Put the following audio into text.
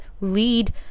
lead